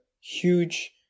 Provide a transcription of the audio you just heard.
huge